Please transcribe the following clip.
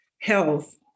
health